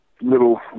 little